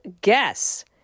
guess